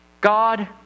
God